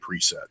preset